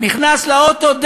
נכנס לאוטו,